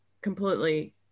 completely